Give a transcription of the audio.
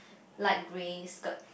with light grey skirt